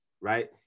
right